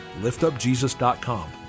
liftupjesus.com